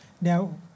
Now